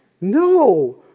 No